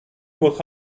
votre